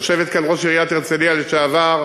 יושבת כאן ראש עיריית הרצלייה לשעבר,